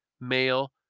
male